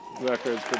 records